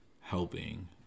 helping